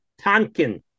Tonkin